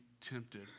tempted